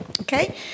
Okay